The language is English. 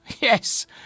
Yes